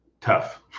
tough